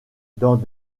dans